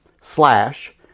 slash